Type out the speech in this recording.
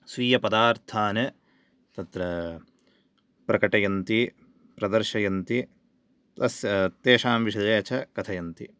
स्वीयपदार्थान् तत्र प्रकटयन्ति प्रदर्शयन्ति प्लस् तेषां विषये च कथयन्ति